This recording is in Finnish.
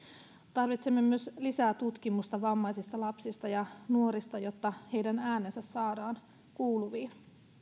tarvitsemme myös lisää tutkimusta vammaisista lapsista ja nuorista jotta heidän äänensä saadaan kuuluviin